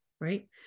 right